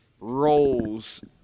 roles